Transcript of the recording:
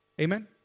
Amen